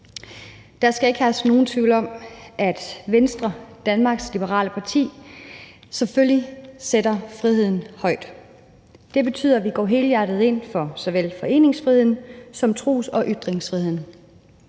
Der skal ikke herske nogen tvivl om, at Venstre, Danmarks Liberale Parti selvfølgelig sætter friheden højt. Det betyder, at vi går helhjertet ind for såvel foreningsfriheden som for tros- og ytringsfriheden.